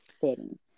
setting